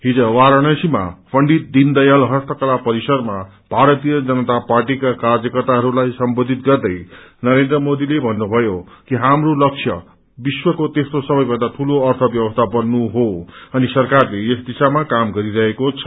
हिज वाराणसीमा पण्डित दीदयाल हस्ताकला परिसरामा भारतीय जनता पार्टीका कार्यकर्ताहरूलाई सम्बोधित गर्दै नरेन्द्र मोदीले भन्नुभयो कि हाप्रो लस्य विश्वको तेप्रो सबैभन्दा ठूलो अर्थव्यवस्ती बन्नु हो अनि सराकारले यस दिशामा काम गरिरहेको छ